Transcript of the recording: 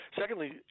Secondly